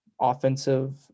offensive